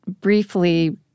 briefly